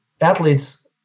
athletes